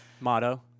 Motto